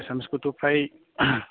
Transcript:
एसामिस खौथ' फ्राय